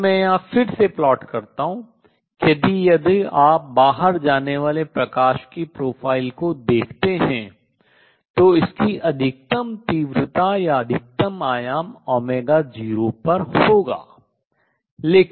जिसे मैं यहां फिर से plot आरेखित करता हूँ कि यदि आप बाहर आने वाले प्रकाश की प्रोफाइल को देखते हैं तो इसकी अधिकतम तीव्रता या अधिकतम आयाम 0 पर होगा